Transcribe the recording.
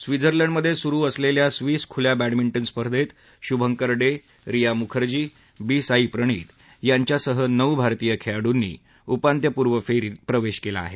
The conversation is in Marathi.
स्वित्झर्लंड मध्ये सुरू असलेल्या स्विस खुल्या बॅडमिंटन स्पर्धेत शुभंकर डे रिया मुखर्जी बी साई प्रणित यांच्यासह नऊ भारतीय खेळाडूनी उपात्यपूर्व फेरीत प्रवेश केला आहे